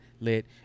lit